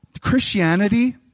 Christianity